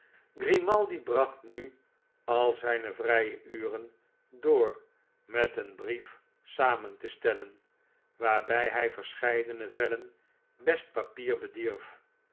grimaldi bracht nu al zijne vrije uren door met een brief samen te stellen waarbij hij verscheidene vellen best papier bedierf